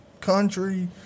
country